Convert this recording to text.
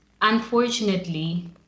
unfortunately